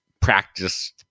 practice